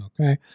okay